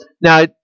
Now